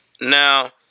Now